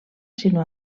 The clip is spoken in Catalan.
sinó